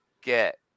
get